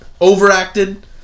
overacted